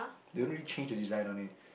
they don't really change the design on it